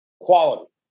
quality